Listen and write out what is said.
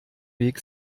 weg